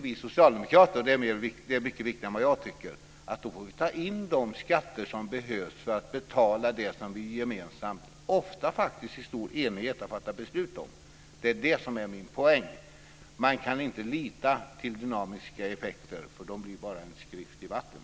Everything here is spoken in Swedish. Vi socialdemokrater tycker att vi då får ta in de skatter som behövs för att betala det som vi gemensamt - ofta i stor enighet faktiskt - har fattat beslut om. Det är det som är min poäng. Man kan inte lita till dynamiska effekter. De blir bara en skrift i vatten.